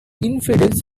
infidels